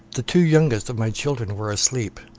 the two youngest of my children were asleep,